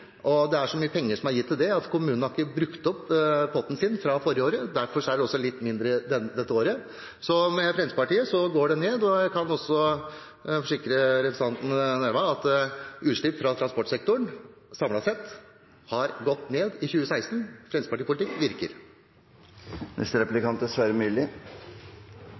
Det er gitt så mye penger til det at kommunene ikke har brukt opp potten sin fra forrige år, og derfor er det litt mindre dette året. Så med Fremskrittspartiet går det ned. Jeg kan også forsikre representanten Nævra om at utslippene fra transportsektoren samlet sett gikk ned i 2016. Fremskrittsparti-politikk virker. Nå vil jeg stille et spørsmål til representanten Stordalen om et tema som jeg vet at han og Fremskrittspartiet er